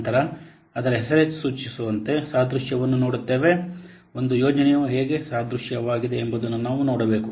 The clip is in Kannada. ನಂತರ ಅದರ ಹೆಸರೇ ಸೂಚಿಸುವಂತಿರುವ ಸಾದೃಶ್ಯವನ್ನು ನೋಡುತ್ತೇವೆ ಒಂದು ಯೋಜನೆಯು ಹೇಗೆ ಸಾದೃಶ್ಯವಾಗಿದೆ ಎಂಬುದನ್ನು ನಾವು ನೋಡಬೇಕು